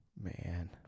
man